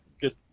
good